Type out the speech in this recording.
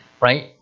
right